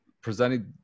presenting